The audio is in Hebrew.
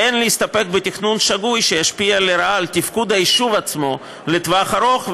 ואין להסתפק בתכנון שגוי שישפיע לרעה על תפקוד היישוב עצמו לטווח הארוך,